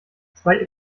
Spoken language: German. zwei